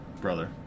brother